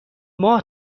ماه